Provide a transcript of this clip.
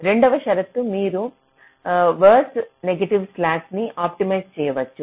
రెండవ షరతు మీరు వరస్ట్ నెగిటివ్ స్లాక్ ని ఆప్టిమైజ్ చేయవచ్చు